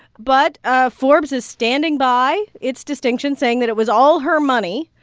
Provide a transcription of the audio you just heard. but ah forbes is standing by its distinction, saying that it was all her money,